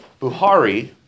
Buhari